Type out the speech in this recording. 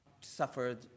suffered